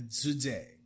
today